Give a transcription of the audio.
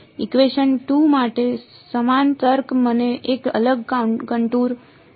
equation 2 માટે સમાન તર્ક મને એક અલગ કનટુર આપશે